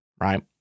Right